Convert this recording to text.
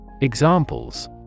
Examples